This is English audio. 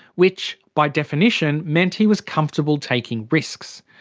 which by definition meant he was comfortable taking risks.